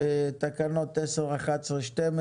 אז תקנה 13 ו-14 יחדיו.